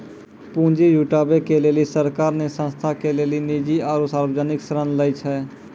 पुन्जी जुटावे के लेली सरकार ने संस्था के लेली निजी आरू सर्वजनिक ऋण लै छै